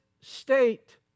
state